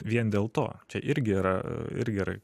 vien dėl to čia irgi yra ir gerai